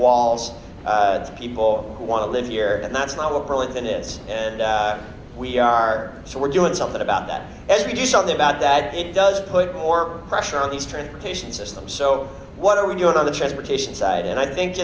walls as people who want to live here and that's not what role in this and we are so we're doing something about that as we do something about that it does put more pressure on these transportation systems so what are we doing on the transportation side and i think